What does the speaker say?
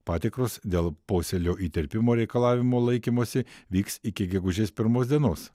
patikros dėl posėlio įterpimo reikalavimų laikymosi vyks iki gegužės pirmos dienos